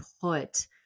put